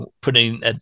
putting